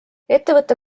ettevõtte